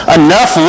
enough